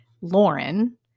Lauren